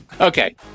Okay